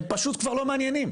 הם פשוט כבר לא מעניינים.